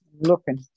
Looking